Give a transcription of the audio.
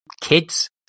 kids